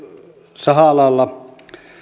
saha alalla